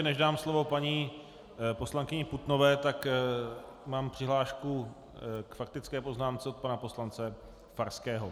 Než dám slovo paní poslankyni Putnové, mám přihlášku k faktické poznámce od pana poslance Farského.